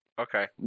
Okay